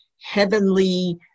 heavenly